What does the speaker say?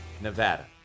Nevada